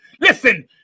Listen